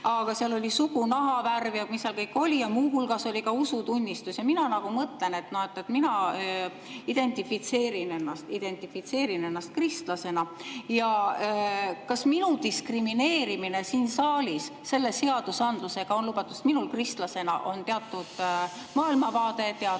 Aga seal oli sugu, nahavärv ja mis seal kõik oli, ja muu hulgas oli ka usutunnistus. Mina nagu mõtlen, et mina identifitseerin ennast kristlasena. Kas minu diskrimineerimine siin saalis selle seadusandlusega on lubatud? Minul kristlasena on teatud maailmavaade, teatud